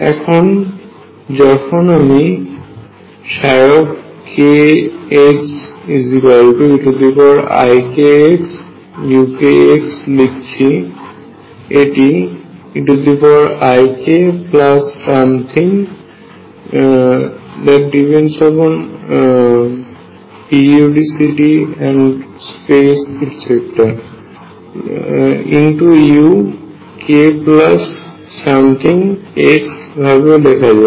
এখন যখন আমি kxeikxuk লিখছি এটি eikuk ভাবেও লেখা যায়